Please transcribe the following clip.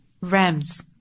Rams